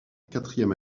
quatrième